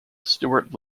stewart